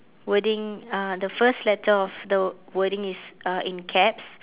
wording uh the first letter of the wordings is uh in caps